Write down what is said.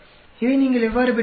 இதை நீங்கள் எவ்வாறு பெற்றீர்கள்